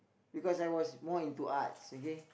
because I was more into Arts okay